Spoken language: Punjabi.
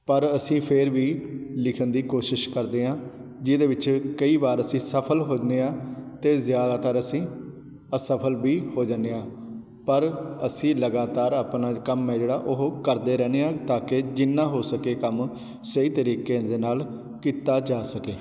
ਪਰ ਅਸੀਂ ਫਿਰ ਵੀ ਲਿਖਣ ਦੀ ਕੋਸ਼ਿਸ਼ ਕਰਦੇ ਹਾਂ ਜਿਹਦੇ ਵਿੱਚ ਕਈ ਵਾਰ ਅਸੀਂ ਸਫ਼ਲ ਹੁੰਦੇ ਹਾਂ ਅਤੇ ਜ਼ਿਆਦਾਤਰ ਅਸੀਂ ਅਸਫ਼ਲ ਵੀ ਹੋ ਜਾਂਦੇ ਹਾਂ ਪਰ ਅਸੀਂ ਲਗਾਤਾਰ ਆਪਣਾ ਕੰਮ ਹੈ ਜਿਹੜਾ ਉਹ ਕਰਦੇ ਰਹਿੰਦੇ ਹਾਂ ਤਾਂ ਕਿ ਜਿੰਨਾ ਹੋ ਸਕੇ ਕੰਮ ਸਹੀ ਤਰੀਕੇ ਦੇ ਨਾਲ ਕੀਤਾ ਜਾ ਸਕੇ